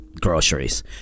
groceries